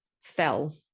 fell